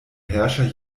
herrscher